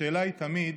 השאלה היא תמיד: